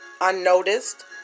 unnoticed